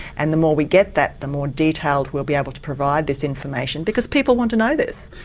and the more we get that the more detail we'll be able to provide this information because people want to know this.